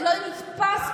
זה לא נתפס פשוט.